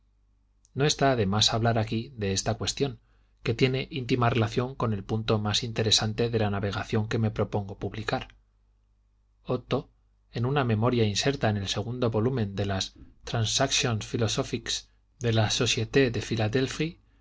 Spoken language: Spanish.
no está de más hablar aquí de esta cuestión que tiene íntima relación con el punto más interesante de la navegación que me propongo publicar otto en una memoria inserta en el segundo volumen de las transactións philosophiques de la société de